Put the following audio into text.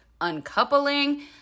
Uncoupling